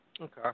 Okay